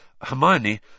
Hermione